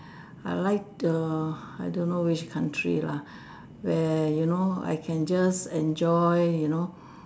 I like err I don't know which country lah where you know I can just enjoy you know